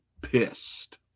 pissed